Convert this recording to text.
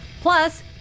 Plus